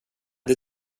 det